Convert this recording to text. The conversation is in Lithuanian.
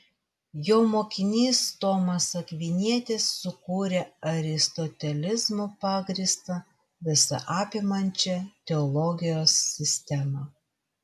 jo mokinys tomas akvinietis sukūrė aristotelizmu pagrįstą visa apimančią teologijos sistemą